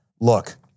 Look